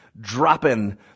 dropping